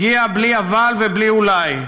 הגיע בלי אבל ובלי אולי.